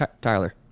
Tyler